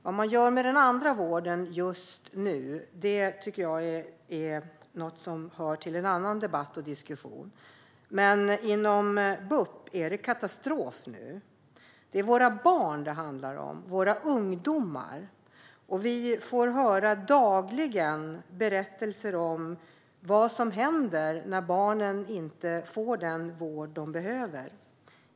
Vad man gör med den andra vården just nu tycker jag hör till en annan debatt och en annan diskussion. Inom BUP är det katastrof nu. Det är våra barn och ungdomar det handlar om, och vi får dagligen höra berättelser om vad som händer när barnen inte får den vård de behöver.